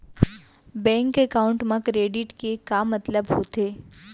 Bank account मा credit के का मतलब होथे?